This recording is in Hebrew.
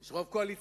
יש רוב קואליציוני.